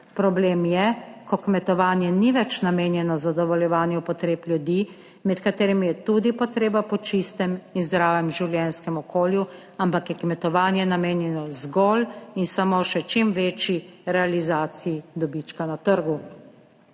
Problem je, ko kmetovanje ni več namenjeno zadovoljevanju potreb ljudi, med katerimi je tudi potreba po čistem in zdravem življenjskem okolju, ampak je kmetovanje namenjeno zgolj in samo še čim večji realizaciji dobička na trgu.